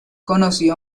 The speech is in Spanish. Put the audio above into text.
conocido